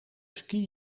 ski